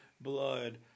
blood